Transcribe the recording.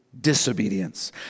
Disobedience